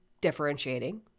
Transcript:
differentiating